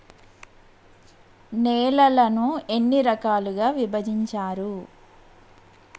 నేలలను ఎన్ని రకాలుగా విభజించారు?